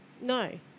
No